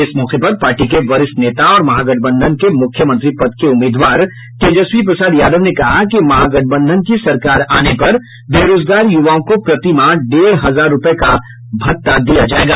इस मौके पर पार्टी के वरिष्ठ नेता और महागठबंधन के मुख्यमंत्री पद के उम्मीदवार तेजस्वी प्रसाद यादव ने कहा कि महागठबंधन की सरकार आने पर बेरोजगार युवाओं को प्रति माह डेढ़ हजार रूपये का भत्ता दिया जायेगा